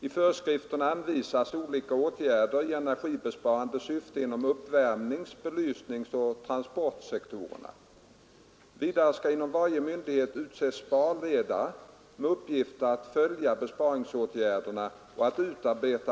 I föreskrifterna anvisas olika åtgärder i energibesparande syfte inom uppvärmnings-, belysningsoch transportsektorerna. Vidare skall inom varje myndighet utses ”sparledare” med uppgift att följa besparingsåtgärderna och att utarbeta